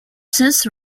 since